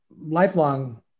lifelong